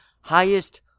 Highest